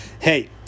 hey